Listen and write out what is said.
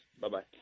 Bye-bye